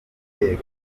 ibitero